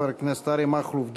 חבר הכנסת אריה מכלוף דרעי,